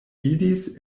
vidis